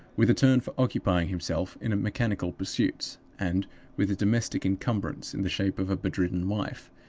with a turn for occupying himself in mechanical pursuits, and with a domestic incumbrance in the shape of a bedridden wife,